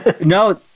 no